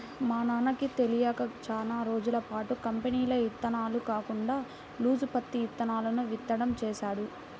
మా నాన్నకి తెలియక చానా రోజులపాటు కంపెనీల ఇత్తనాలు కాకుండా లూజు పత్తి ఇత్తనాలను విత్తడం చేశాడు